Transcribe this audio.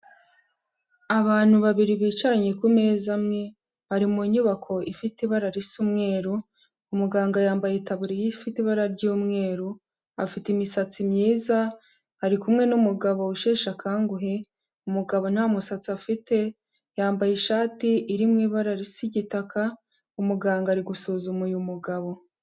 Abantu babiri bicaranye ku meza amwe bari mu nyubako ifite ibara risa umweru, umuganga yambaye itaburiya ifite ibara ry'umweru, afite imisatsi myiza ari kumwe n'umugabo usheshe akanguhe, umugabo nta musatsi afite, yambaye ishati iri mu ibara risa igitaka, umuganga ari gusuzuma uyu mugabo.